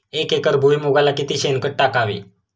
एक एकर भुईमुगाला किती शेणखत टाकावे?